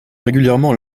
régulièrement